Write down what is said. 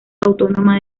autónoma